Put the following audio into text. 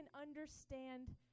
understand